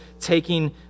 taking